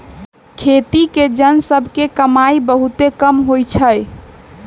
खेती के जन सभ के कमाइ बहुते कम होइ छइ